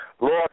Lord